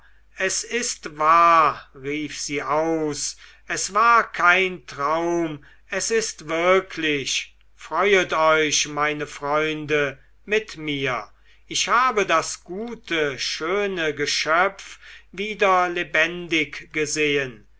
es ist wahr rief sie aus es war kein traum es ist wirklich freuet euch meine freunde mit mir ich habe das gute schöne geschöpf wieder lebendig gesehen